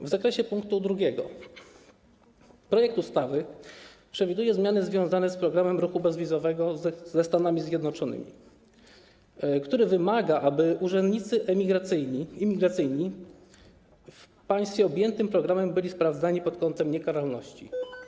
W zakresie punktu 2. Projekt ustawy przewiduje zmiany związane z programem ruchu bezwizowego ze Stanami Zjednoczonymi, który wymaga, aby urzędnicy imigracyjni w państwie objętym programem byli sprawdzani pod kątem niekaralności.